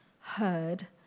heard